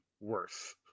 worse